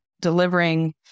delivering